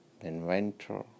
inventor